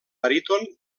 baríton